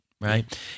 right